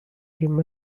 him